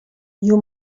you